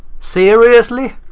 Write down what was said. seriously?